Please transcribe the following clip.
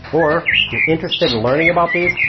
or you're interested in learning about these,